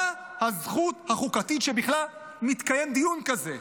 מה הזכות החוקתית שבכלל מתקיים דיון כזה?